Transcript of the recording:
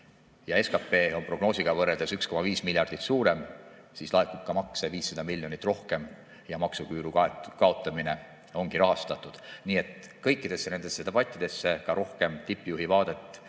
SKP on prognoosiga võrreldes 1,5 miljardit suurem, siis laekub ka makse 500 miljonit rohkem ja maksuküüru kaotamine ongi rahastatud. Nii et kõikidesse nendesse debattidesse ka rohkem tippjuhi vaadet